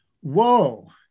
Whoa